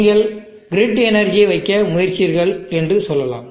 நீங்கள் கிரிடில் எனர்ஜியை வைக்க முயற்சிக்கிறீர்கள் என்று சொல்லலாம்